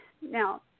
Now